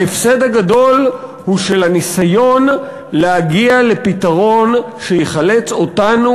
ההפסד הגדול הוא של הניסיון להגיע לפתרון שיחלץ אותנו